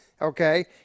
Okay